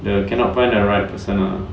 the cannot find the right person lah